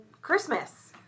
Christmas